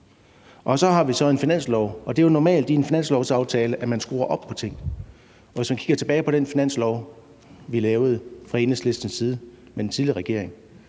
Og så har vi en finanslov, og det er jo normalt i en finanslovsaftale, at man skruer op for ting. Hvis man kigger tilbage på den finanslov, vi lavede fra Enhedslistens side med den tidligere regering,